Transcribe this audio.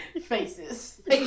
Faces